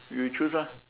you choose ah